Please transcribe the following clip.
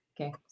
Okay